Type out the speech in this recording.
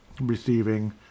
Receiving